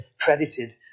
credited